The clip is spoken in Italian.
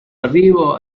arrivo